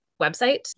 website